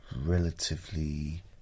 relatively